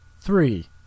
Three